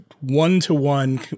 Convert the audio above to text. one-to-one